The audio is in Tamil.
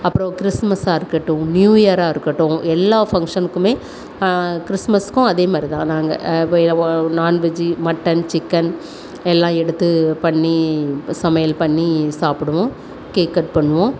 அப்றோம் கிறிஸ்மஸ்ஸாக இருக்கட்டும் நியூ இயராக இருக்கட்டும் எல்லா ஃபங்சனுக்குமே கிறிஸ்மஸ்க்கும் அதேமாதிரி தான் நாங்கள் நான்வெஜ்ஜு மட்டன் சிக்கன் எல்லாம் எடுத்து பண்ணி சமையல் பண்ணி சாப்பிடுவோம் கேக் கட் பண்ணுவோம்